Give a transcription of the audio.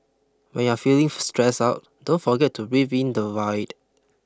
when you are feeling stressed out don't forget to breathe in the void